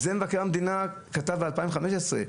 את זה מבקר המדינה כתב ב-2015,